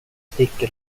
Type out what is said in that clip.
sticker